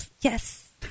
yes